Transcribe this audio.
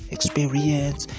Experience